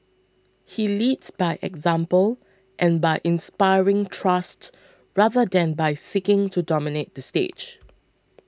he leads by example and by inspiring trust rather than by seeking to dominate the stage